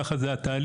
כך זה התהליך.